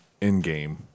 in-game